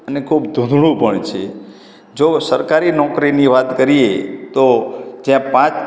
અને ખૂબ ધૂંધળું પણ છે જો સરકારી નોકરીની વાત કરીએ તો ત્યાં પાંચ